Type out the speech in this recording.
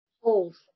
holes